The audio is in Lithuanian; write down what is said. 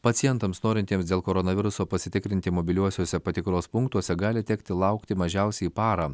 pacientams norintiems dėl koronaviruso pasitikrinti mobiliuosiuose patikros punktuose gali tekti laukti mažiausiai parą